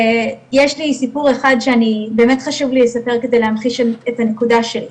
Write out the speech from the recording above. ויש לי סיפור אחד שאני באמת חשוב לי לספר כדי להמחיש את הנקודה שלי.